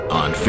on